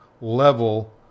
level